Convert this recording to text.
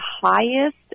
highest